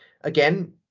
again